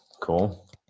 Cool